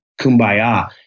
kumbaya